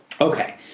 Okay